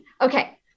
Okay